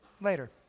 later